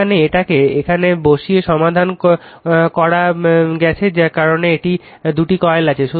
এখন এটাকে এখানে বসিয়ে সমাধান করা জেয়ে পারে কারণ এখানে দুটি কয়েল আছে